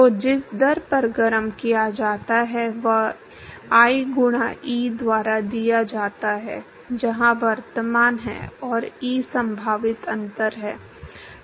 तो जिस दर पर गरम किया जाता है वह I गुणा E द्वारा दिया जाता है जहां I वर्तमान है और E संभावित अंतर है